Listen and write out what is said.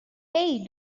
hey